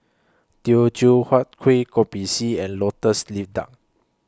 Teochew Huat Kuih Kopi C and Lotus Leaf Duck